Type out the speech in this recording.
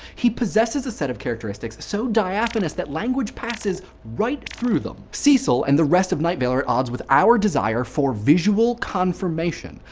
he possesses a set of characteristics so diaphanous that language passes right through them. cecil and the rest of night vale are at odds with our desire for visual confirmation.